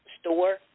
store